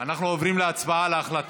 אנחנו עוברים להצבעה על ההצעה